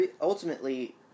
ultimately